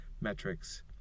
metrics